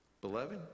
beloved